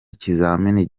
ikizamini